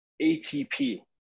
ATP